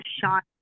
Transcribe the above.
shot